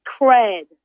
cred